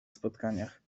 spotkaniach